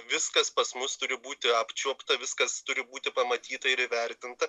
viskas pas mus turi būti apčiuopta viskas turi būti pamatyta ir įvertinta